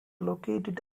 located